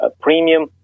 premium